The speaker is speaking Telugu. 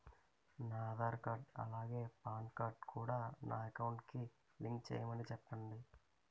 నా ఆధార్ కార్డ్ అలాగే పాన్ కార్డ్ కూడా నా అకౌంట్ కి లింక్ చేయమని చెప్పండి